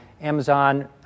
Amazon